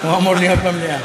הוא אמור להיות במליאה.